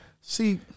See